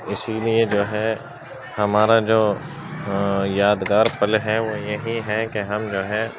اسی لیے جو ہے ہمارا جو یادگار پل ہے وہ یہی ہے کہ ہم جو ہے